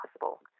possible